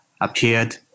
appeared